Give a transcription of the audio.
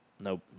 Nope